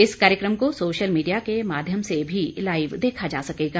इस कार्यक्रम को सोशल मीडिया के माध्यम से भी लाईव देखा जा सकेगा